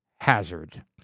hazard